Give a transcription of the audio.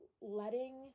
letting